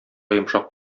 йомшак